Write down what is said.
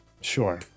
Sure